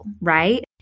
right